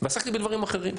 ועסקתי בדברים אחרים,